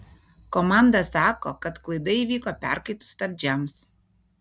komanda sako kad klaida įvyko perkaitus stabdžiams